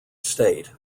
state